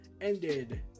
ended